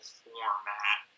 format